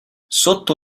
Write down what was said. sotto